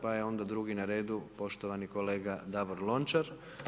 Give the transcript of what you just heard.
Pa je onda drugi na redu poštovani kolega Davor Lonačr.